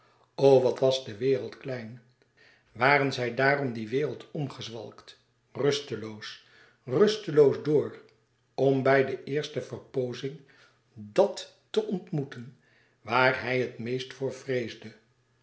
o wat was de wereld klein waren zij daarom die wereld omgezwalkt rusteloos rusteloos door om bij de eerste verpoozing dàt te ontmoeten waar hij het meest voor vreesde